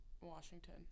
Washington